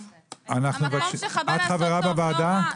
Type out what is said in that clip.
את חברה בוועדה?